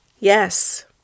Yes